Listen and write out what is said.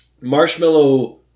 marshmallow